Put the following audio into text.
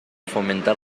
fomentar